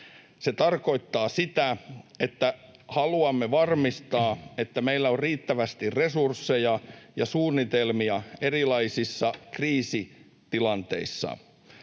Se tarkoittaa sitä, että haluamme varmistaa, että meillä on riittävästi resursseja ja suunnitelmia erilaisissa kriisitilanteissa.